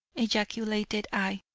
ejaculated i,